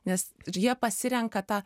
nes ir jie pasirenka tą